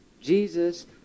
Jesus